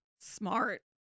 Smart